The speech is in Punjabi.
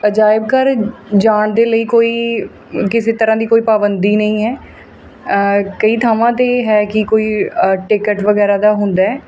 ਅਜਾਇਬ ਘਰ ਜਾਣ ਦੇ ਲਈ ਕੋਈ ਕਿਸੇ ਤਰ੍ਹਾਂ ਦੀ ਕੋਈ ਪਾਬੰਦੀ ਨਹੀਂ ਹੈ ਕਈ ਥਾਵਾਂ 'ਤੇ ਹੈ ਕਿ ਕੋਈ ਟਿਕਟ ਵਗੈਰਾ ਦਾ ਹੁੰਦਾ